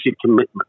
commitment